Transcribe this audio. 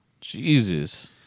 Jesus